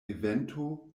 evento